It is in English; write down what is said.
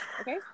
Okay